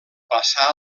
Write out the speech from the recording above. passà